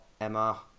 Emma